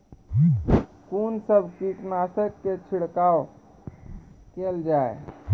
कून सब कीटनासक के छिड़काव केल जाय?